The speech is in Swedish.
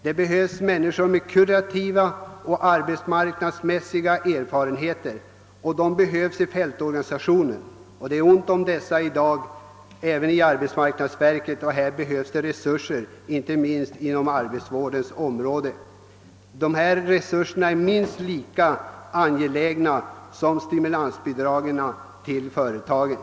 Det behövs människor med kurativa och arbetsmarknadsmässiga erfarenheter i fältorganisationen. Det är ont om dem i dag även i arbetsmark nadsverket, och här behövs ökade resurser inte minst på arbetsvårdens område. Dessa resurser är minst lika angelägna som stimulansbidragen till företagen.